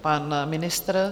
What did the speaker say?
Pan ministr?